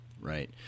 Right